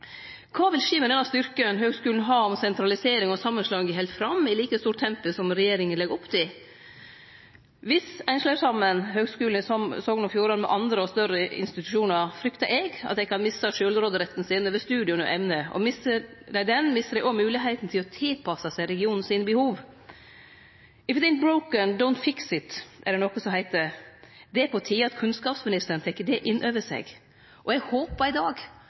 Kva vil skje med den styrken høgskulen har – om sentralisering og samanslåing held fram i like stort tempo som det regjeringa legg opp til? Viss ein slår saman Høgskulen i Sogn og Fjordane med andre og større institusjonar, fryktar eg at dei kan misse sjølvråderetten sin over studiar og emne. Misser dei den, misser dei òg moglegheita til å tilpasse seg behova i regionen. «If it ain’t broke, don’t fix it» er det noko som heiter. Det er på tide at kunnskapsministeren tek det inn over seg. Eg håpar i dag